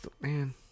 man